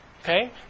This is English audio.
okay